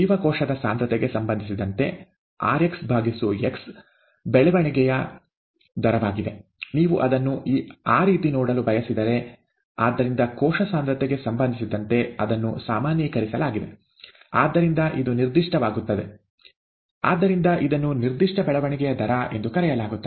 ಜೀವಕೋಶದ ಸಾಂದ್ರತೆಗೆ ಸಂಬಂಧಿಸಿದಂತೆ ʼrxxʼ ಬೆಳವಣಿಗೆಯ ದರವಾಗಿದೆ ನೀವು ಅದನ್ನು ಆ ರೀತಿ ನೋಡಲು ಬಯಸಿದರೆ ಆದ್ದರಿಂದ ಕೋಶ ಸಾಂದ್ರತೆಗೆ ಸಂಬಂಧಿಸಿದಂತೆ ಅದನ್ನು ಸಾಮಾನ್ಯೀಕರಿಸಲಾಗಿದೆ ಆದ್ದರಿಂದ ಇದು ನಿರ್ದಿಷ್ಟವಾಗುತ್ತದೆ ಆದ್ದರಿಂದ ಇದನ್ನು ನಿರ್ದಿಷ್ಟ ಬೆಳವಣಿಗೆಯ ದರ ಎಂದು ಕರೆಯಲಾಗುತ್ತದೆ